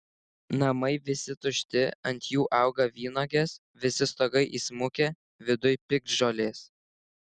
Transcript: namai visi tušti ant jų auga vynuogės visi stogai įsmukę viduj piktžolės